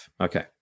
Okay